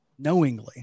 Knowingly